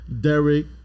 Derek